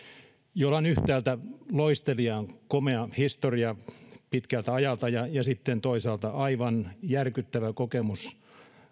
joilla on yhtäältä loisteliaan komea historia pitkältä ajalta ja sitten toisaalta aivan järkyttävä kokemus